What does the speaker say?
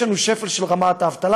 יש לנו שפל ברמת האבטלה,